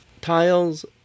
tiles